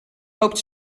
loopt